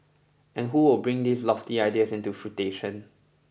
and who will bring these lofty ideas into fruition